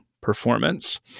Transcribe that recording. performance